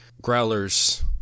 growlers